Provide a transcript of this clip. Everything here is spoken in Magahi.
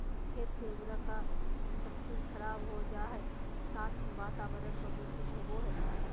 खेत के उर्वरा शक्ति खराब हो जा हइ, साथ ही वातावरण प्रदूषित होबो हइ